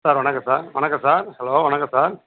sir வணக்கம் sir வணக்கம் sir hello வணக்கம் சார்